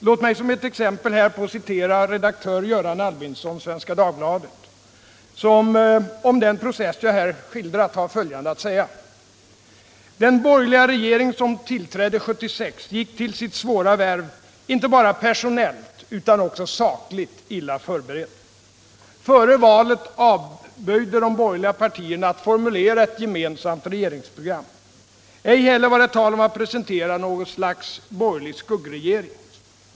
Låt mig som ett exempel härpå citera redaktör Göran Albinsson, Svenska Dagbladet, som om den process jag här skildrat har följande att säga: ”Den borgerliga regering som tillträdde 76 gick till sitt svåra värv inte bara personellt utan också sakligt illa förberedd. Före valet avböjde de borgerliga partierna att formulera ett gemensamt regeringsprogram. Ej heller var det tal om att presentera någon slags borgerlig skuggregering.